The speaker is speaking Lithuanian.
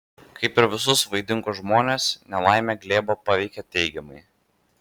kaip ir visus vaidingus žmones nelaimė glėbą paveikė teigiamai